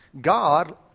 God